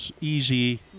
easy